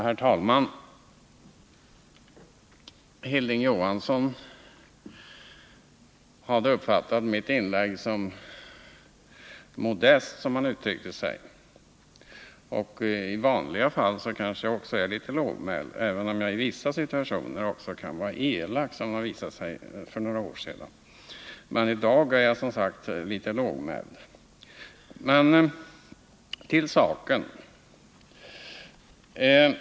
Herr talman! Hilding Johansson uppfattade mitt inlägg såsom modest. som han uttryckte sig. I vanliga fall kanske jag är litet lågmäld, även om jag i vissa situationer också kan vara elak, vilket visade sig för några år sedan. I dag är jag dock som sagt litet lågmäld. Men till saken.